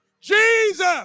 Jesus